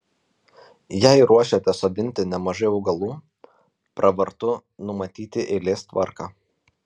jei ruošiatės sodinti nemažai augalų pravartu numatyti eilės tvarką